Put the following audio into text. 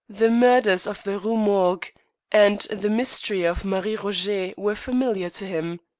the murders of the rue morgue and the mystery of marie roget were familiar to him.